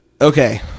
Okay